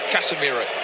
Casemiro